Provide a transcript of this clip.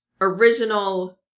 original